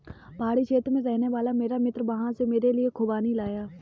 पहाड़ी क्षेत्र में रहने वाला मेरा मित्र वहां से मेरे लिए खूबानी लाया